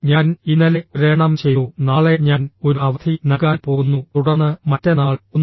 ഞാൻ ഇന്നലെ ഒരെണ്ണം ചെയ്തു നാളെ ഞാൻ ഒരു അവധി നൽകാൻ പോകുന്നു തുടർന്ന് മറ്റെന്നാൾ ഒന്ന്